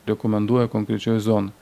rekomenduoja konkrečioj zonoj